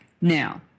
Now